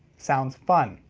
sounds fun.